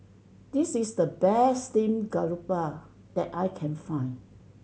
this is the best steamed grouper that I can find